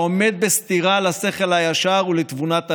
העומד בסתירה לשכל הישר ולתבונת הלב.